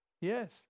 Yes